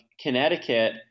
Connecticut